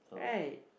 so